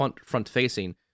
front-facing